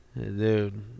Dude